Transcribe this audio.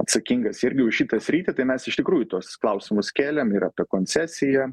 atsakingas irgi už šitą sritį tai mes iš tikrųjų tuos klausimus kėlėm yra apie koncesiją